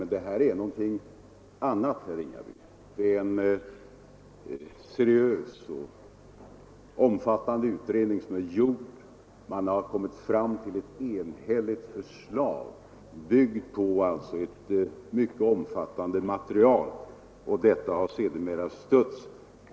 Men det här är någonting annat, herr Ringaby. Det är en seriös och omfattande utredning som gjorts, byggd på ett mycket omfattande material, och man har kommit fram till ett enhälligt förslag.